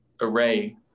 array